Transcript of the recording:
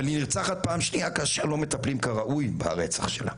אבל היא נרצחת פעם שניה כאשר לא מטפלים כראוי ברצח שלה.